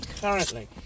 currently